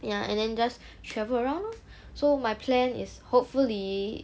ya and then just travel around lor so my plan is hopefully